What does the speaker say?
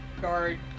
guard